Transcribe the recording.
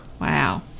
wow